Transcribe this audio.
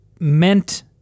meant